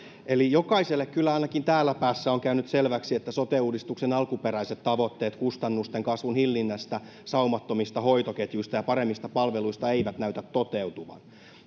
kyllä jokaiselle ainakin täällä päässä on käynyt selväksi että sote uudistuksen alkuperäiset tavoitteet kustannusten kasvun hillinnästä saumattomista hoitoketjuista ja paremmista palveluista eivät näytä toteutuvan